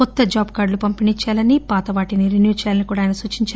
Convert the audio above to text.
కొత్త జాబ్ కార్టులు పంపిణీ చేయాలని పాత వాటిని రెన్యూ చేయాలని కూడా ఆయన సూచించారు